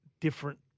different